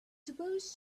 supposed